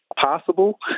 possible